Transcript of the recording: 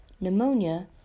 pneumonia